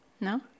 no